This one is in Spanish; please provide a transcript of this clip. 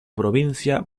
provincia